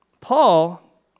Paul